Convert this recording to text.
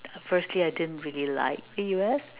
firstly I didn't really like the U_S